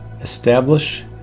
establish